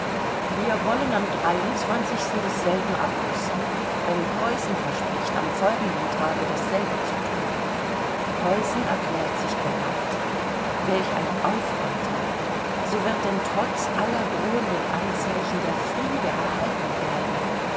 wir wollen am desselben abrüsten wenn preußen verspricht am folgenden tage dasselbe zu thun preußen erklärt sich bereit welch ein aufatmen so wird denn trotz aller drohenden anzeichen der friede erhalten bleiben